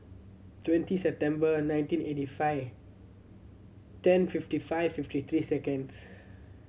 twenty September nineteen eighty five ten fifty five fifty three seconds